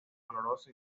doloroso